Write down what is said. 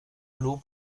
l’eau